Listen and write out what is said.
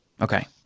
Okay